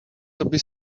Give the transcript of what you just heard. toby